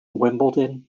wimbledon